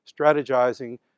strategizing